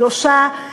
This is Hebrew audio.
שלושה,